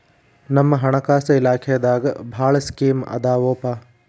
ನಮ್ ಹಣಕಾಸ ಇಲಾಖೆದಾಗ ಭಾಳ್ ಸ್ಕೇಮ್ ಆದಾವೊಪಾ